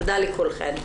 תודה לכולכן.